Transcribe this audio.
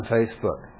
Facebook